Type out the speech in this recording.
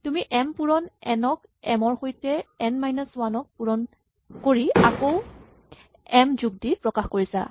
তুমি এম পূৰণ এন ক এম ৰ সৈতে এন মাইনাচ ৱান ক পূৰণ কৰি আকৌ এম যোগ দি প্ৰকাশ কৰিছা